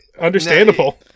Understandable